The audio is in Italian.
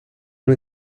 una